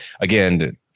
again